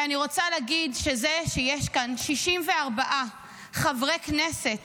אני רוצה להגיד שזה שיש כאן 64 חברי כנסת